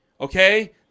Okay